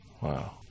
Wow